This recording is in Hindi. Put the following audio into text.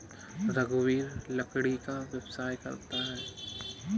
रघुवीर लकड़ी का व्यवसाय करता है